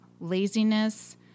laziness